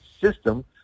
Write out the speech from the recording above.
system